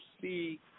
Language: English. see